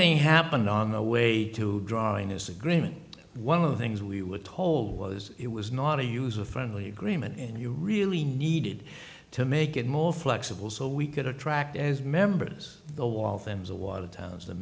thing happened on the way to drawing his agreement one of the things we were told was it was not a user friendly agreement and you really needed to make get more flexible so we could attract as members the waltham the watertown's the